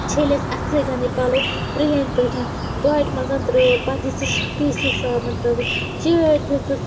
چھٔلۍ اَسہِ اَتھٕ سۭتۍ پَلَو پرٲنۍ پٲٹھۍ باٹہِ مَنٛز ترٲو پَتہٕ دِژٕس پیٖسِتھ صابَن ترٲوِس چٲٹۍ دِژٕس